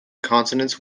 continents